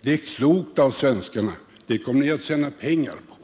Det är klokt av svenskarna — det kommer ni att tjäna pengar på.